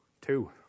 Two